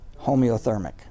homeothermic